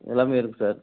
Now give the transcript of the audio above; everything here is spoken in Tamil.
எல்லாமே இருக்குது சார்